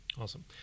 Awesome